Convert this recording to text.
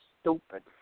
stupid